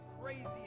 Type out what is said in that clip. crazy